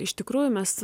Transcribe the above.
iš tikrųjų mes